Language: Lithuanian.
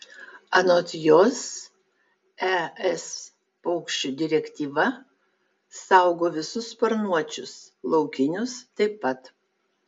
anot jos es paukščių direktyva saugo visus sparnuočius laukinius taip pat